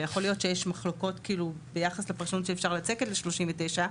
ויכול להיות שיש מחלוקות ביחס לפרשנות שאפשר לצקת ל-39,